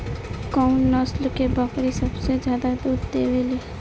कउन नस्ल के बकरी सबसे ज्यादा दूध देवे लें?